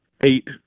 eight